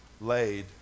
laid